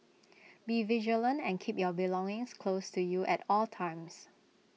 be vigilant and keep your belongings close to you at all times